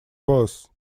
both